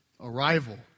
arrival